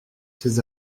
ses